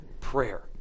prayer